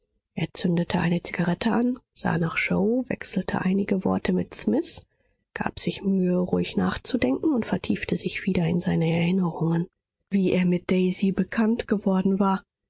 er zündete eine zigarette an sah nach yoe wechselte einige worte mit smith gab sich mühe ruhig nachzudenken und vertiefte sich wieder in seine erinnerungen wie er mit daisy bekannt geworden war